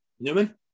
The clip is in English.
Newman